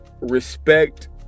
respect